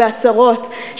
בעצרות,